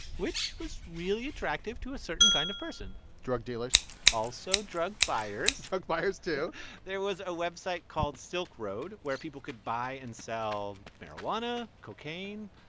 which was really attractive to a certain kind of person drug dealers also drug buyers drug buyers, too there was a website called silk road where people could buy and sell marijuana, cocaine,